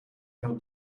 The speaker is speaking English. how